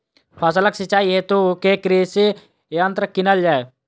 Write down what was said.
फसलक सिंचाई हेतु केँ कृषि यंत्र कीनल जाए?